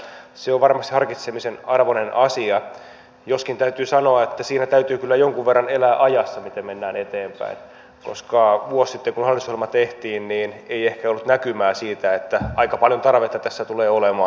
se on varmasti harkitsemisen arvoinen asia joskin täytyy sanoa että siinä täytyy kyllä jonkun verran elää ajassa miten mennään eteenpäin koska vuosi sitten kun hallitusohjelma tehtiin ei ehkä ollut näkymää siitä että aika paljon tarvetta tässä tulee olemaan